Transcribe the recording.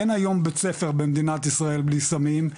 אין היום בית ספר במדינת ישראל בלי סמים,